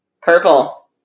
Purple